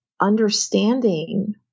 understanding